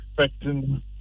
expecting